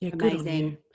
amazing